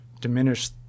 diminish